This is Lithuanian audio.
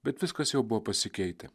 bet viskas jau buvo pasikeitę